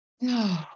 No